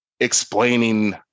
explaining